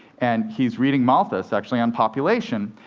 and he's reading malthus, actually, on population.